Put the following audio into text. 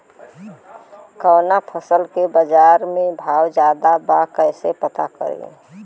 कवना फसल के बाजार में भाव ज्यादा बा कैसे पता करि?